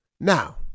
Now